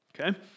Okay